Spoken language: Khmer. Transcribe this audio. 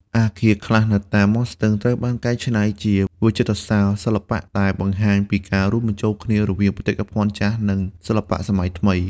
អគារខ្លះនៅតាមមាត់ស្ទឹងត្រូវបានកែច្នៃជាវិចិត្រសាលសិល្បៈ ដែលបង្ហាញពីការរួមបញ្ចូលគ្នារវាងបេតិកភណ្ឌចាស់ និងសិល្បៈសម័យថ្មី។